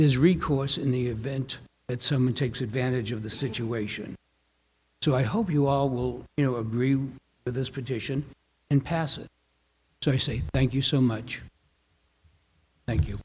and is recourse in the event that someone takes advantage of the situation to i hope you all will you know agree with this prediction and pass it to i say thank you so much thank you